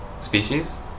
species